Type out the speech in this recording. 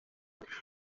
besjoen